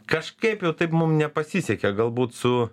kažkaip jau taip mum nepasisekė galbūt su